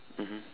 mmhmm